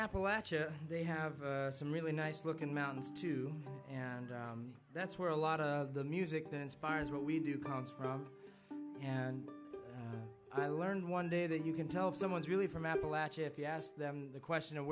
appalachia they have some really nice looking mountains too and that's where a lot of the music that inspires what we do comes from and i learned one day that you can tell if someone's really from appalachia if you ask them the question of